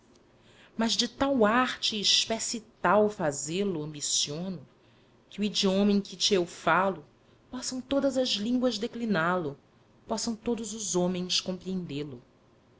mas de tal arte e espécie tal fazê-lo ambiciono que o idioma em que te eu falo possam todas as línguas decliná lo possam todos os homens compreendê lo